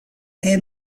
est